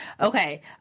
Okay